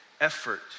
effort